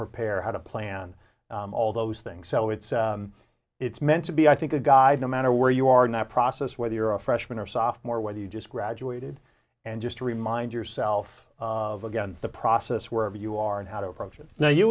prepare how to plan all those things so it's it's meant to be i think a guide no matter where you are in that process whether you're a freshman or sophomore whether you just graduated and just to remind yourself again the process where you are and how to approach it now you